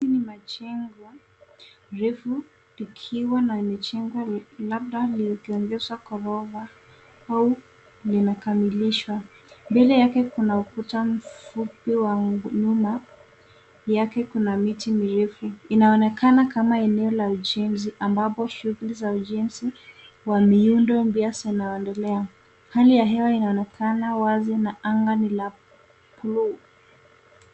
Hii ni majengo refu likiwa na mijengo labda likiongeza gorofa au linakamilishwa. Mbele yake kuna ukuta mfupi wa nyuma yake kuna miti mirefu. Inaonekana kama eneo la ujenzi ambapo shughuli za ujenzi wa miundo pia zinaendelea. Hali ya hewa inaonekana wazi na anga ni la bluu.